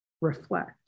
reflect